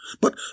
but